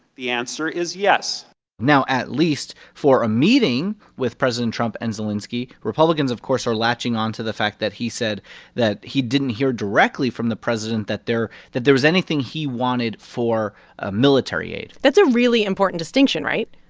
the answer is yes now, at least for a meeting with president trump and zelenskiy, republicans, of course, are latching on to the fact that he said that he didn't hear directly from the president that there that there was anything he wanted for ah military aid that's a really important distinction, right?